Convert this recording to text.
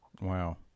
wow